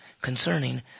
concerning